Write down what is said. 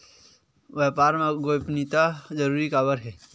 व्यापार मा गोपनीयता जरूरी काबर हे?